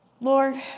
Lord